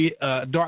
Dark